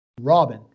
Robin